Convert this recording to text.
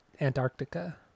Antarctica